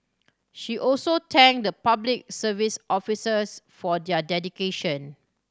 she also thanked the Public Service officers for their dedication